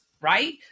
right